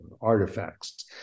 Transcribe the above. artifacts